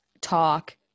talk